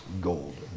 gold